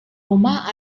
rumah